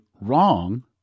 wrong